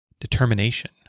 determination